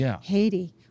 Haiti